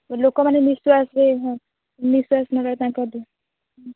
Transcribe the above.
ଲୋକମାନେ ନିଶ୍ୱାସରେ ନିଶ୍ୱାସ ନେବାରେ ତାଙ୍କ